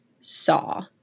saw